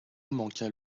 manqua